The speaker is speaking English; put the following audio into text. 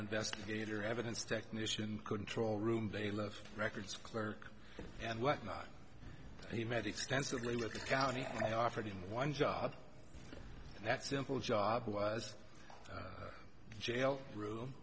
investigator evidence technician control room they left records clerk and whatnot he met extensively with the county i offered him one job that simple job was jail room